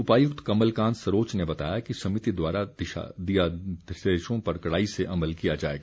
उपायुक्त कमलकांत सरोच ने बताया कि समिति द्वारा दिए दिशा निर्देशों पर कड़ाई से अमल किया जाएगा